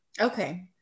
Okay